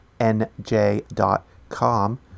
NJ.com